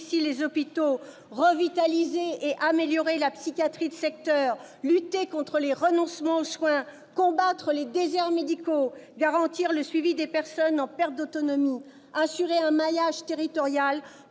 les hôpitaux, ne pas revitaliser et améliorer la psychiatrie de secteur, ne pas lutter contre les renoncements aux soins, ne pas combattre les déserts médicaux, ne pas garantir le suivi des personnes en perte d'autonomie, ne pas assurer un maillage territorial